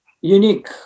unique